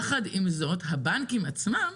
יחד עם זאת, הבנקים עצמם,